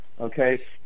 okay